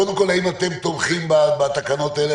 קודם כל, האם אתם תומכים בתקנות האלה?